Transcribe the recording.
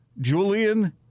Julian